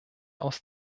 aus